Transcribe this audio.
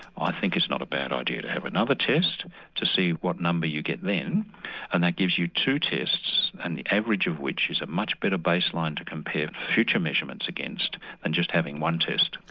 i think it's not a bad idea to have another test to see what number you get then and that gives you two tests and the average of which is a much better baseline to compare future measurements against than and just having one test.